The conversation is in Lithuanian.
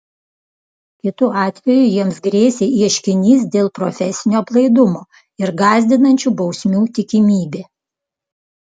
kitu atveju jiems grėsė ieškinys dėl profesinio aplaidumo ir gąsdinančių bausmių tikimybė